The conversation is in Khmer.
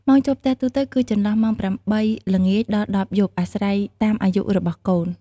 ម៉ោងចូលផ្ទះទូទៅគឺចន្លោះម៉ោង ៨ ល្ងាច ដល់ ១០ យប់ អាស្រ័យតាមអាយុរបស់កូន។